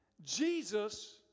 Jesus